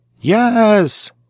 Yes